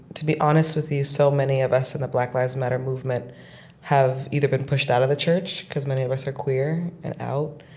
to be honest with you, so many of us in the black lives matter movement have either been pushed out of the church because many of us are queer and out,